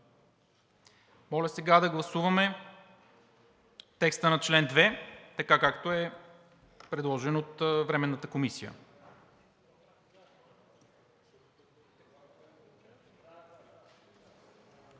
Моля сега да гласуваме текста на чл. 2, така както е предложен от Временната комисия.